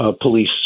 police